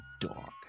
dog